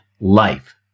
Life